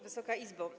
Wysoka Izbo!